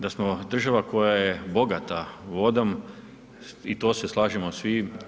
Da smo država koja je bogata vodom i to se slažemo svi.